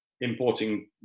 importing